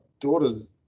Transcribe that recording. daughter's